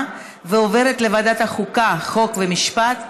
לוועדת חוקה, חוק ומשפט נתקבלה.